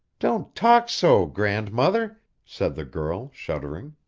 don't talk so, grandmother said the girl, shuddering.